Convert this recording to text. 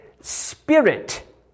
Spirit